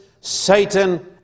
Satan